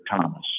Thomas